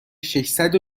ششصد